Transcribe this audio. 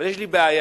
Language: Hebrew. אבל יש לי בעיה